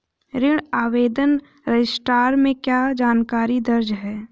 ऋण आवेदन रजिस्टर में क्या जानकारी दर्ज है?